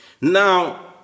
Now